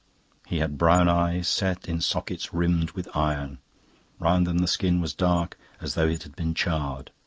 he had brown eyes, set in sockets rimmed with iron round them the skin was dark, as though it had been charred.